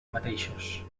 mateixos